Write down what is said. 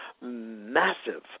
massive